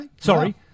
Sorry